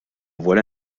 voilà